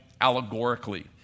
allegorically